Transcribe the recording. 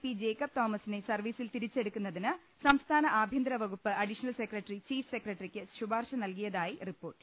P Jacob തോമസിനെ സർവീസിൽ തിരിച്ചെടുക്കുന്നതിന് സംസ്ഥാന ആഭ്യന്തര വകുപ്പ് അഡീഷണൽ സെക്രട്ടറി ചീഫ് സെക്രട്ടറിക്ക് ശുപാർശ നൽകി യതായി റിപ്പോർട്ട്